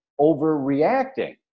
overreacting